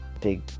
big